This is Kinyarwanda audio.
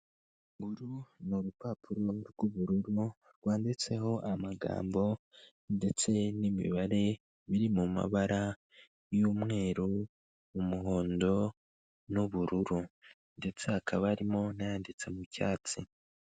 Urupapuro rw'ubururu rwanditseho amagambo ndetse n'imibare biri mu mabara y'umweru, umuhondo, n'ubururu, ndetse hakaba harimo n'ayanditse mu cyatsi.